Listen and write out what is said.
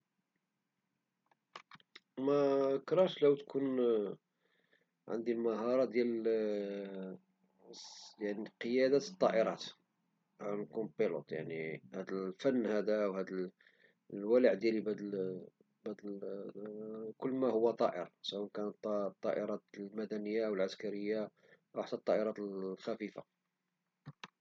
مكرهتش لو تكون عنذي المهارة ديال يعني ديال قيادة الطائرات نكون بيلوط بعني هاد الفن هدا وهاد الولع هدا كل ما هو طائر سواء الطائرات المدنية او العسكرية او حتى الطائرات الخفيفة